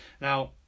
now